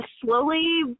slowly